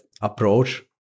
approach